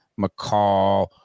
McCall